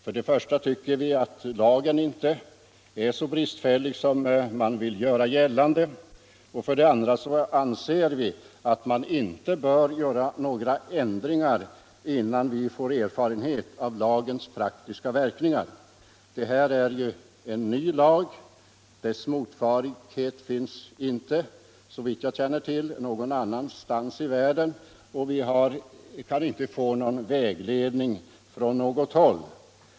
För det första tycker vi att lagen inte är så bristfällig som man vill göra gällande, och för det andra anser - Nr 76 vi att man inte bör göra några ändringar innan vi får erfarenhet av lagens Fredagen den praktiska verkningar. Det här är ju en ny lag. Dess motsvarighet finns 5 mars 1976 inte, såvitt jag känner till, någonstans i världen, och vi kan inte få någon = vägledning från något håll.